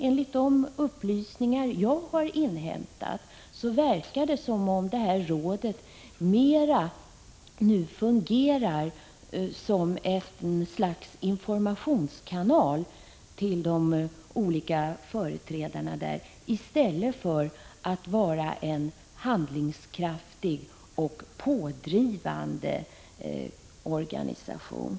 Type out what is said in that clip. Enligt de upplysningar jag har inhämtat verkar det som om rådet nu mera fungerar som ett slags informationskanal till de olika företrädarna där än som en handlingskraftig och pådrivande organiation.